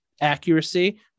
accuracy